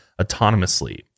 autonomously